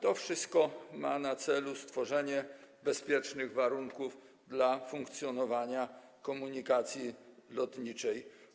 To wszystko ma na celu stworzenie bezpiecznych warunków do funkcjonowania komunikacji lotniczej.